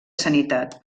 sanitat